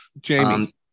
Jamie